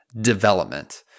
development